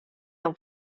amb